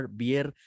beer